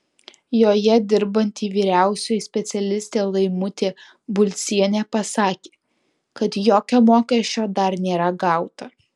joje dirbanti vyriausioji specialistė laimutė bulcienė pasakė kad jokio mokesčio dar nėra gauta